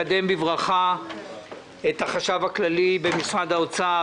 אני מקדם בברכה את החשב הכללי במשרד האוצר,